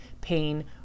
pain